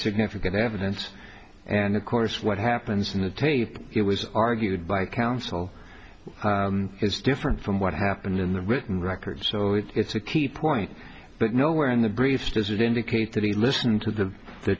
significant evidence and of course what happens in the tape it was argued by counsel is different from what happened in the written record so it's a key point but nowhere in the brief does it indicate that he listened to the t